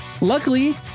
Luckily